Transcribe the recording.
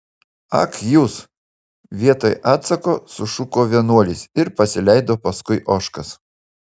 ak jūs vietoj atsako sušuko vienuolis ir pasileido paskui ožkas